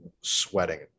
sweating